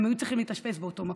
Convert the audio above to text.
והן היו צריכות להתאשפז באותו מקום.